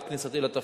עד כניסתי לתפקיד,